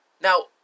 Now